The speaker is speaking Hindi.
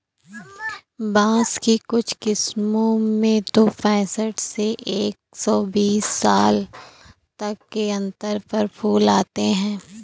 बाँस की कुछ किस्मों में तो पैंसठ से एक सौ बीस साल तक के अंतर पर फूल आते हैं